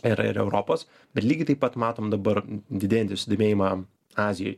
ir ir europos bet lygiai taip pat matom dabar didėjantį susidomėjimą azijoj